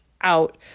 out